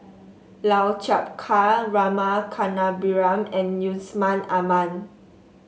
Lau Chiap Khai Rama Kannabiran and Yusman Aman